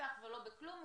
במתח ולא בכלום,